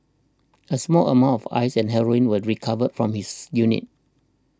a small amount of Ice and heroin were recovered from his unit